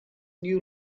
new